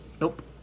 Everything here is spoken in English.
Nope